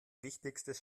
wichtigstes